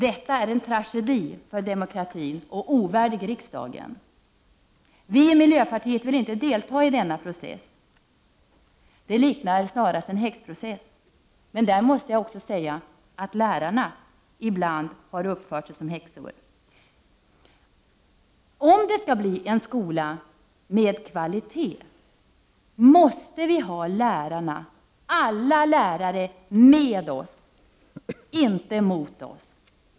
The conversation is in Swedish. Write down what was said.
Detta är en tragedi för demokratin och ovärdigt riksdagen! Vi i miljöpartiet vill inte delta i denna process. Det liknar snarast ett häxprocess, men där måste jag också säga att lärarna ibland har uppfört sig som häxor. Om det skall bli en skola med kvalitet, måste vi ha lärarna, alla lärare, med oss — inte mot oss!